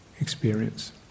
experience